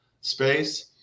space